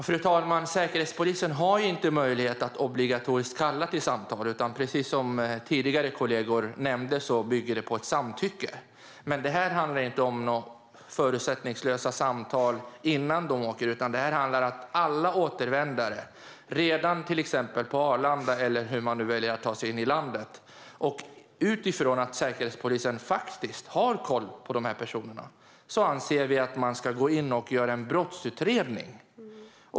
Fru talman! Säkerhetspolisen har inte möjlighet att kalla till obligatoriskt samtal, utan precis som tidigare kollegor nämnde bygger det på samtycke. Detta handlar dock inte om några förutsättningslösa samtal innan någon åker, utan det handlar om att kalla in alla återvändare - till exempel redan på Arlanda, eller hur de nu väljer att ta sig in i landet. Utifrån att Säkerhetspolisen faktiskt har koll på dessa personer anser vi att man ska gå in och göra en brottsutredning.